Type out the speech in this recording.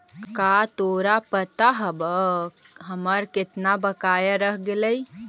का तोरा पता हवअ हमर केतना बकाया रह गेलइ